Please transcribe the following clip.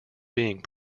being